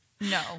No